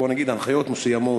בוא נגיד, הנחיות מסוימות,